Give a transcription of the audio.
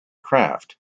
craft